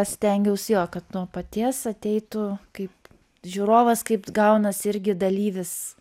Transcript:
stengiaus jo kad nuo paties ateitų kaip žiūrovas kaip gaunasi irgi dalyvis